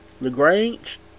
LaGrange